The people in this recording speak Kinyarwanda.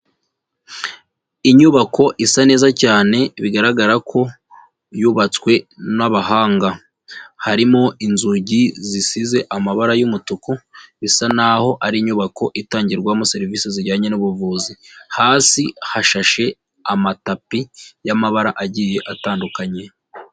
Inyubako isa neza cyane, bigaragara ko yubatswe n'abahanga. Harimo inzugi zisize amabara y'umutuku bisa naho ari inyubako itangirwamo serivisi zijyanye n'ubuvuzi. Hasi hashashe amatapi y'amabara agiye atandukanye.